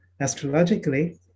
Astrologically